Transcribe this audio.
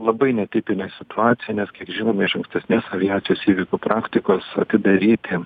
labai netipinė situacija nes kiek žinome iš ankstesnės aviacijos įvykių praktikos atidaryti